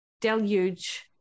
deluge